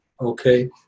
Okay